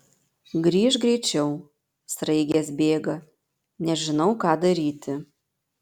grįžk greičiau sraigės bėga nežinau ką daryti